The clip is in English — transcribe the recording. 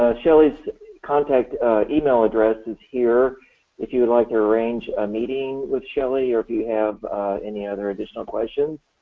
ah shelley's contact email address is here if you would like to arrange a meeting with shelley or if you have any other additional questions